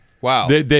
Wow